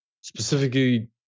Specifically